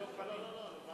לא, לא, לא.